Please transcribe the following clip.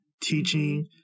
teaching